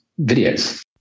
videos